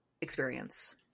experience